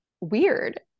weird